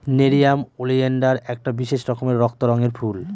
nerium oleander একটা বিশেষ রকমের রক্ত রঙের ফুল